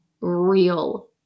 real